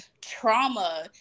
trauma